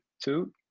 Two